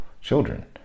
children